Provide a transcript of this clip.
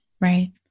Right